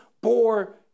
bore